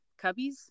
cubbies